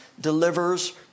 delivers